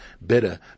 better